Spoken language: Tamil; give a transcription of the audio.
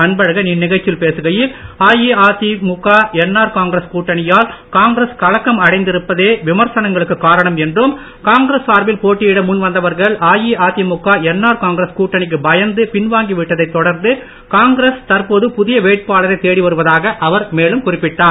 அன்பழகன் இந்நிகழ்ச்சியில் காங்கிரஸ் கூட்டணியால் காங்கிரஸ் கலக்கம் அடைந்திருப்பதே விமர்சனங்களுக்கு காரணம் என்றும் காங்கிரஸ் சார்பில் போட்டியிட முன் வந்தவர்கள் அஇஅதிமுக என்ஆர் காங்கிரஸ் கூட்டணிக்கு பயந்து பின்வாங்கி விட்டதைத் தொடர்ந்து காங்கிரஸ் தற்போது புதிய வேட்பாளரைத் தேடி வருவதாக அவர் மேலும் குறிப்பிட்டார்